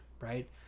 right